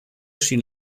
schien